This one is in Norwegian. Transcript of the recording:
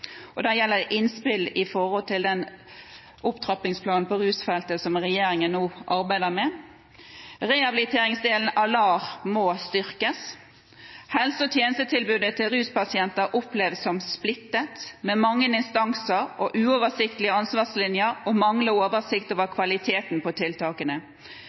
om. Det gjelder innspill til opptrappingsplanen på rusfeltet, som regjeringen nå arbeider med. Rehabiliteringsdelen av LAR må styrkes. Helse- og tjenestetilbudet til ruspasienter oppleves som splittet, med mange instanser, uoversiktlige ansvarslinjer og manglende oversikt over kvaliteten på tiltakene.